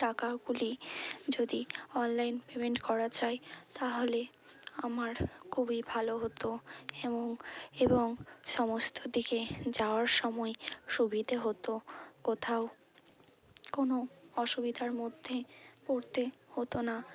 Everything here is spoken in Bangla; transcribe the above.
টাকাগুলি যদি অনলাইন পেমেন্ট করা যায় তাহলে আমার খুবই ভালো হতো এমং এবং সমস্ত দিকে যাওয়ার সময় সুবিধে হতো কোথাও কোন অসুবিধার মধ্যে পড়তে হতো না